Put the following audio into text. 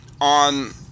on